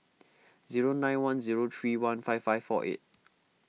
zero nine one zero three one five five four eight